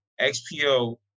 XPO